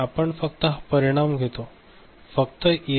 आपण फक्त हा परिणाम घेतो